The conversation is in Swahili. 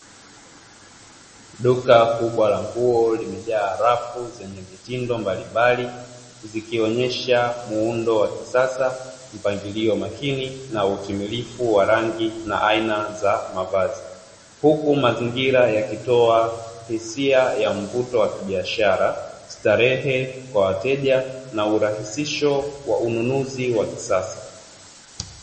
Duka kubwa la nguo limejaa rafu zenye mitindo mbalimbali zikionyesha muundo wa kisasa mpangilio makini na utimilifu wa rangi na aina za mavazi huku mazingira yakitoa hisia ya mvuto wa kibiashara starehe kwa wateja na urahisisho wa ununuzi wa kisasa.